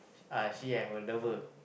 uh she have a lover